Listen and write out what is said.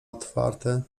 otwarte